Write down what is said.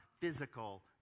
physical